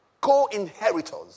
co-inheritors